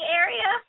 area